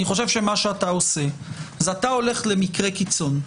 אני חושב שאתה הולך למקרי קיצון.